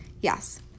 Yes